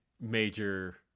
major